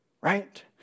Right